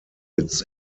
its